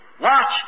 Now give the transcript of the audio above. Watch